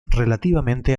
relativamente